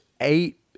eight